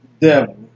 Devil